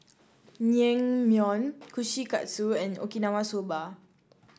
Naengmyeon Kushikatsu and Okinawa Soba